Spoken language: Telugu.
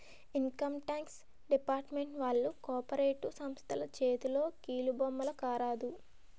ఇన్కమ్ టాక్స్ డిపార్ట్మెంట్ వాళ్లు కార్పొరేట్ సంస్థల చేతిలో కీలుబొమ్మల కారాదు